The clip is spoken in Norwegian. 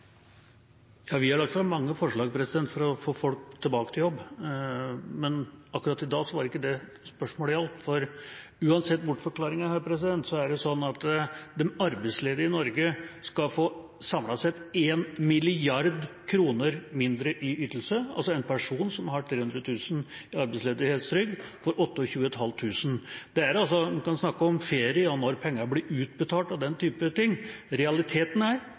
Vi har lagt fram mange forslag for å få folk tilbake til jobb, men akkurat i dag var det ikke det spørsmålet gjaldt. Uansett bortforklaringer her er det sånn at de arbeidsledige i Norge samlet sett skal få 1 mrd. kr mindre i ytelse – altså en person som har 300 000 kr i arbeidsledighetstrygd, får 28 500 kr mindre. Statsråden kan snakke om ferie og når pengene blir utbetalt og den type ting – realiteten er